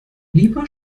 lieber